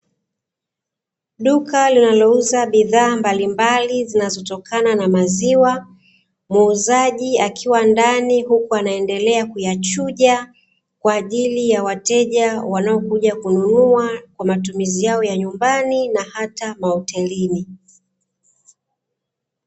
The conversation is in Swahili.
Duka linalouza bidhaa mbalimbali zinazotokana na maziwa, muuzaji akiwa ndani huku anaendelea kuyachuja kwa ajili ya wateja wanaokuja kununua kwa matumizi yao ya nyumbani na hata mahotelini.